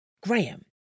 Graham